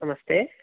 नमस्ते